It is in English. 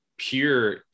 pure